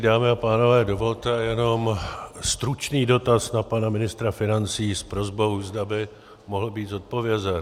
Dámy a pánové, dovolte jenom stručný dotaz na pana ministra financí s prosbou, zda by mohl být zodpovězen.